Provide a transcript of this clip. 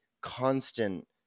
constant